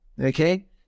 okay